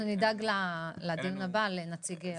אז אנחנו נדאג לדיון הבא לנציג אוצר.